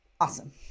Awesome